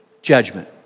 judgment